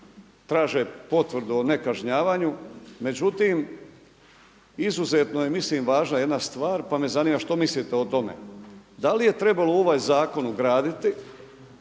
traže potvrdu o nekažnjavanju, međutim izuzetno je mislim važna jedna stvar pa me zanima šta mislite o tome. Da li je trebalo u ovaj zakon ugraditi